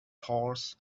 horse